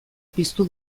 piztu